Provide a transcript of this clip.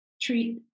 treat